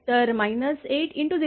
तर 8 × 0